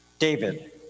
David